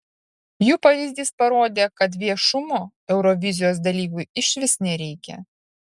jų pavyzdys parodė kad viešumo eurovizijos dalyviui išvis nereikia